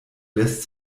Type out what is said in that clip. lässt